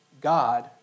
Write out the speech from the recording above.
God